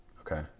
okay